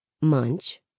Munch